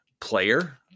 player